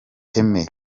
iteme